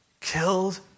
killed